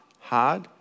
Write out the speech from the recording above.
hard